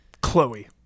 Chloe